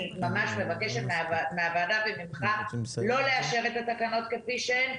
אני ממש מבקשת מהוועדה וממך לא לאשר את התקנות כפי שהן,